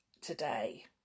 today